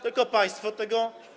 Tylko państwo tego.